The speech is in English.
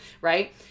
right